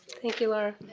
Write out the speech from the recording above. thank you, lara.